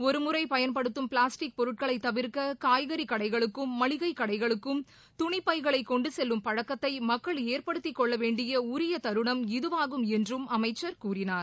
ஒருமுறை பயன்படுத்தும் பிளாஸ்டிக் பொருட்களை தவிர்க்க காய்கறிக்கடைகளுக்கும் மளிகைக்கடைகளுக்கும் துணிப்பைகளை கொண்டு செல்லும் பழக்கத்தை மக்கள் ஏற்படுத்திக்கொள்ள வேண்டிய உரிய தருணம் இதுவாகும் என்றும் அமைச்சர் கூறினார்